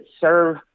serve